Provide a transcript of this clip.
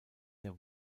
der